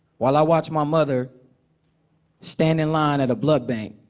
while i watched my mother stand in line at a blood bank